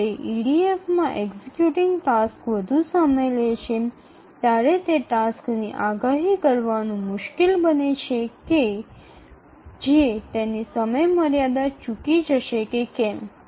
જ્યારે ઇડીએફમાં executing task વધુ સમય લે છે ત્યારે તે ટાસ્કની આગાહી કરવાનું મુશ્કેલ બને છે કે જે તેની સમયમર્યાદા ચૂકી જશે કે કેમ